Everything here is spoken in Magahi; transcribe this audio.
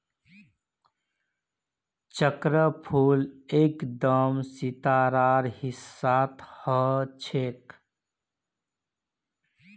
चक्रफूल एकदम सितारार हिस्सा ह छेक